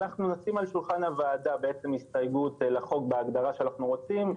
אנחנו נשים על שולחן הוועדה בעצם הסתייגות לחוק בהגדרה שאנחנו רוצים,